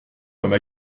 comme